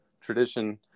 tradition